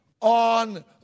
on